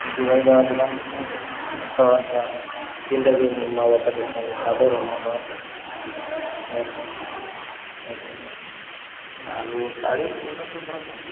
ଯୋଗାଇଦବା ଦୋକାନରୁ ଖାଇବାରଟା ଯେନ୍ଟାକି ମା' ବାପା ଦେସନ୍ ହାତ ରାନ୍ଧବାର ଦେସନ୍ ଦେସନ୍ ଆରୁ ଶାଢ଼ୀ ବି ତ ପଡ଼ କ